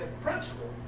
principle